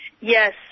Yes